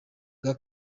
bwa